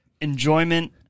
enjoyment